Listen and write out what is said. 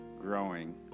growing